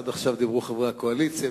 עד עכשיו דיברו חברי הקואליציה,